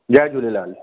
Jay Jhulelal